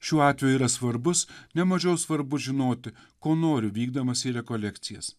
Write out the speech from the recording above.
šiuo atveju yra svarbus nemažiau svarbu žinoti ko noriu vykdamas į rekolekcijas